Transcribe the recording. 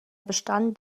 bestand